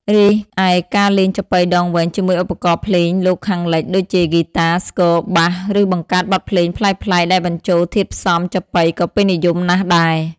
រីឯ ការលេងចាប៉ីដងវែងជាមួយឧបករណ៍ភ្លេងលោកខាងលិច ដូចជា ហ្គីតា ស្គរ បាស ឬបង្កើតបទភ្លេងប្លែកៗដែលបញ្ចូលធាតុផ្សំចាប៉ីក៏ពេញនិយមណាស់ដែរ។